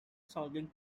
solving